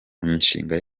imishinga